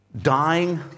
dying